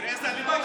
תראה איזה אלימות,